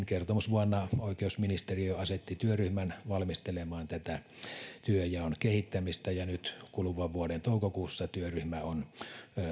kertomusvuonna oikeusministeriö asetti työryhmän valmistelemaan tätä työnjaon kehittämistä ja nyt kuluvan vuoden toukokuussa työryhmä on